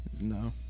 No